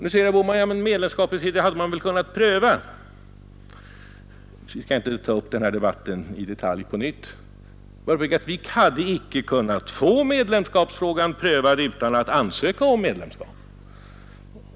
Nu säger herr Bohman att medlemskapet hade man väl kunnat pröva. Ja, jag skall inte ta upp hela den debatten i detalj på nytt; jag vill bara säga att vi hade inte kunnat få medlemsfrågan prövad utan att ansöka om medlemskap.